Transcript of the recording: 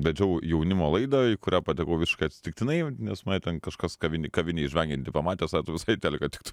vedžiau jaunimo laidą į kurią patekau visiškai atsitiktinai nes mane ten kažkas kavin kavinėj žvengiantį pamatė sako tu visai į teliką tiktum